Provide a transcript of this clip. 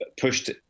pushed